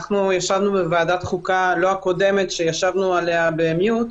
ישבנו בוועדת החוקה, לא הקודמת שישבנו במיוט,